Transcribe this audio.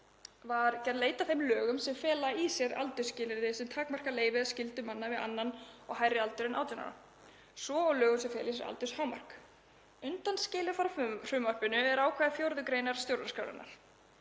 var gerð leit að þeim lögum sem fela í sér aldursskilyrði sem takmarka leyfi eða skyldu manna við annan og hærri aldur en 18 ára, svo og lögum sem fela í sér aldurshámark. Undanskilið frá frumvarpinu er ákvæði 4. gr. stjórnarskrár